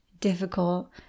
difficult